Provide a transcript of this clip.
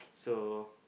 so